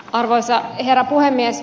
arvoisa herra puhemies